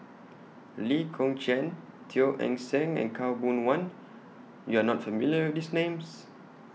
Lee Kong Chian Teo Eng Seng and Khaw Boon Wan YOU Are not familiar with These Names